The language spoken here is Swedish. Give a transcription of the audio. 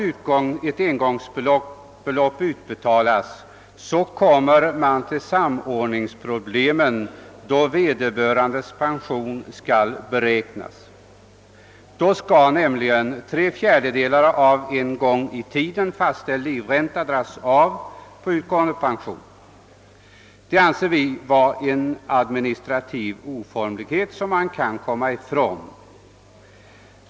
Men även om ett engångsbelopp utbetalas, kommer man till samord ningsproblemen då vederbörandes pension skall beräknas. Då skall nämligen tre fjärdedelar av en gång i tiden fastställd livränta dras av från utgående pension. Detta anser vi vara en administrativ oformlighet som man kan komma ifrån.